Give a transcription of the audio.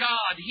God